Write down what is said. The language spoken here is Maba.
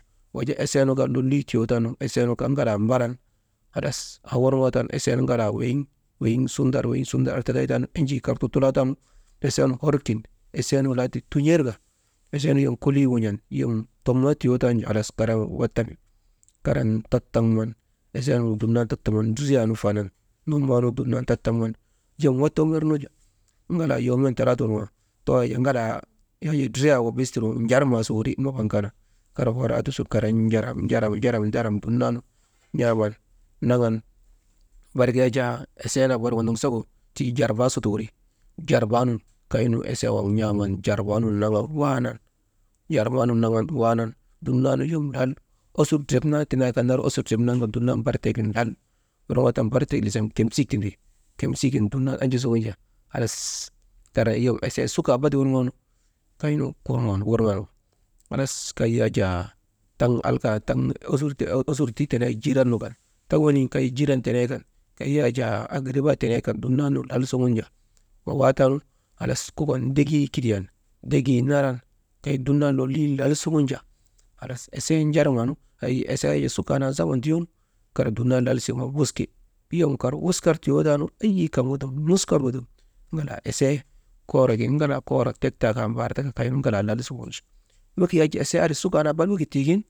Wujaa esee nu ka lolii tiyoo taanu, esee nukaa ŋalaa mbaran, aaworŋoo taanu esee nu ŋalaa, weyiŋ, weyiŋ sundar, weyiŋ sundar andri tatay taanu, hor kin esee nu lahadi tun̰erka, esee nu yom kolii wun̰an yom tomoo tiyoo tanu halas karan wattami, karan tattamŋan esee nuŋu dumnan tattamŋan dridriyaa nu faanan nomoonu dumnan tattamŋan«hesitation» ŋalaa yoomen talaate wuŋan too yajaa ŋalaa dridriya wabayis tiŋgu njarmaa su wuri mabaŋ kaa nak, kar wara tiŋ subade njaram, njaram, njaram dumnaanu n̰aaamnan naŋan barik yak jaa esee nak wondoŋsogu tii jarbaa suti wuri, jarbaa nun kaynu esee waŋgu n̰aaman jarbaa nu naŋan waanan «hesitation» dumnaanu yom lal osur drep naa tindaa kaa nar osur drep naan kaa barik tek lal worŋoo tan barik tek nizam kemsik tindi, timsigin dumnan ajasa wuja, halas tara yom esee sukaa bada worŋoonu, kaynu wurŋan kay yak jaa taŋ alkaa, taŋ alkaa, «hesitation» osurtuu tenee jiiran nu kan wenii kay jiiran tenee nukan yak jaa agiribaa tenen kan dumnanuŋgu lal suŋun jaa wawaa taanu halas kokon degii, kidiyan degii naran kay duman lolii lal suŋun jaa halas esee njarmaa nu hay esee sukaa naa zaman tiyoonu kar dumnan lal siŋen wuski, yom kar wuskar tiyoo taanu eyi kaŋgu dum nus kar gu dum ŋalaa esee koore gin ŋalaa koork tek taa kaa mbaar taa kaa lal su wuunji wegit yak jaa esee suukaa naa bar wekit tii gin.